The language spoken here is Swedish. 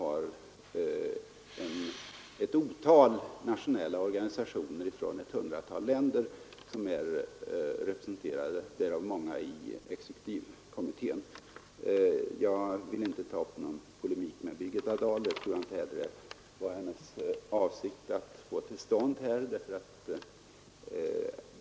Ett stort antal nationella organisationer i ett hundratal länder är också representerade, därav många i exekutivkommittén. Jag vill inte ta upp någon polemik med Birgitta Dahl, och jag tror inte heller att det var hennes avsikt att få till stånd någon sådan.